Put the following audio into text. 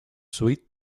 suite